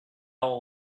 will